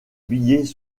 billets